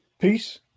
Peace